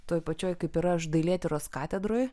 toj pačioj kaip ir aš dailėtyros katedroj